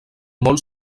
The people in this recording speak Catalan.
molt